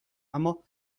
اما